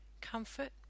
Comfort